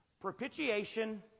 Propitiation